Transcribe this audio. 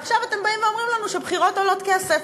ועכשיו אתם באים ואומרים לנו שבחירות עולות כסף.